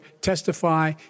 testify